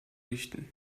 richten